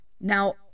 Now